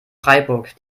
freiburg